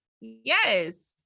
Yes